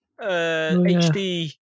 hd